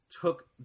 took